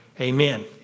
Amen